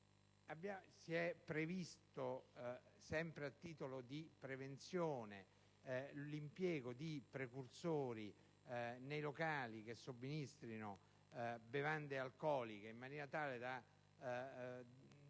Si è previsto, sempre a titolo di prevenzione, l'impiego di precursori nei locali che somministrano bevande alcoliche per dare la